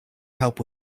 help